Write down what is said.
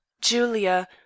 Julia